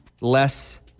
less